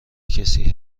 کسی